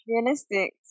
Realistic